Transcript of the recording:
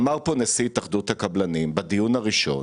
אמר פה נשיא התאחדות הקבלנים בדיון הראשון